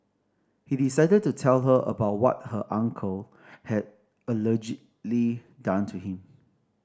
he decided to tell her about what her uncle had allegedly done to him